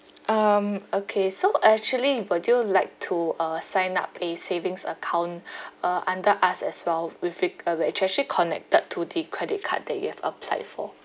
um okay so actually would you like to uh sign up a savings account uh under us as well with re~ uh which is actually connected to the credit card that you have applied for